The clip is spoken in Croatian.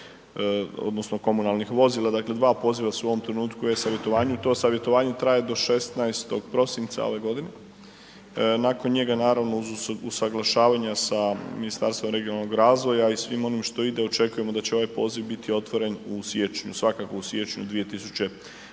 odnosno komunalnih vozila. Dakle, dva poziva su u ovom trenutku u e-savjetovanju i to savjetovanje traje do 16. prosinca ove godine. Nakon njega naravno uz usaglašavanja sa Ministarstvom regionalnog razvoja i svim onim što ide očekujemo da će ovaj poziv biti otvoren u siječnju, svakako u siječnju 2020.